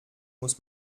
muss